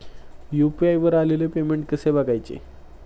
UPI वर आलेले payment कसे बघायचे?